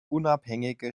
unabhängige